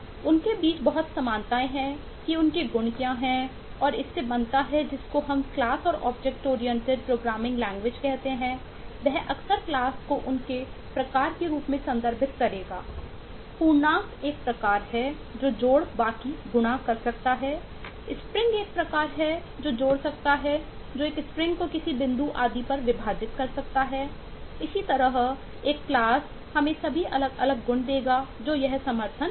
उनके बीच बहुत समानताएं हैं कि उनके गुण क्या हैं और इससे बनता है जिसको हम क्लास हमें सभी अलग अलग गुण देगा जो यह समर्थन कर सकता है